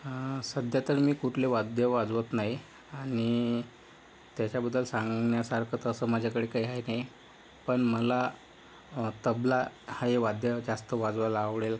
सध्या तर मी कुठले वाद्य वाजवत नाही आणि त्याच्याबद्दल सांगण्यासारखं तर असं माझ्याकडे असं काही आहे नाही पण मला तबला हा हे वाद्य जास्त वाजवायला आवडेल